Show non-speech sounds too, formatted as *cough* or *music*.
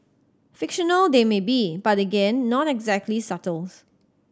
fictional they may be but again not exactly subtle *unintelligible*